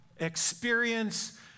experience